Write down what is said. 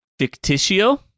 Ficticio